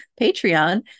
Patreon